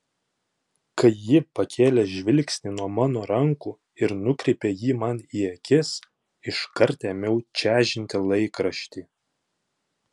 kai ji pakėlė žvilgsnį nuo mano rankų ir nukreipė jį man į akis iškart ėmiau čežinti laikraštį